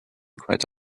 quite